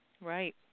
right